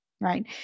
right